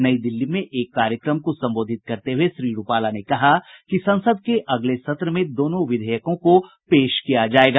नई दिल्ली में एक कार्यक्रम को संबोधित करते हुए श्री रूपाला ने कहा कि संसद के अगले सत्र में दोनों विधेयकों को पेश किया जायेगा